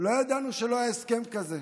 לא ידענו שלא היה הסכם כזה.